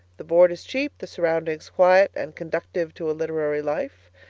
the board is cheap the surroundings quiet and conducive to a literary life.